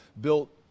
built